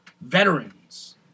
veterans